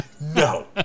No